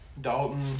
Dalton